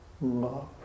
love